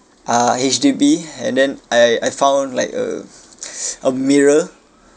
uh H_D_B and then I I found like a a mirror